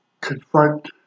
confront